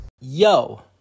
Yo